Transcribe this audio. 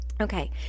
Okay